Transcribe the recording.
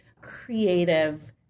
creative